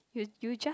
you you just